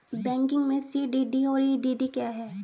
Banking में CDD और EDD क्या हैं?